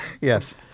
Yes